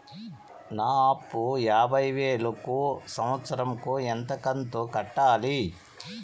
నా అప్పు యాభై వేలు కు సంవత్సరం కు ఎంత కంతు కట్టాలి?